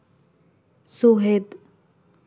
ᱥᱚᱦᱮᱫ